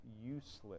useless